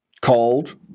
called